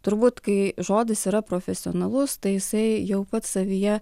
turbūt kai žodis yra profesionalus tai jisai jau pats savyje